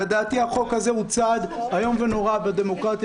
לדעתי החוק הזה הוא צעד איום ונורא בדמוקרטיה